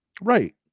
right